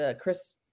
Chris